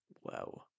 Wow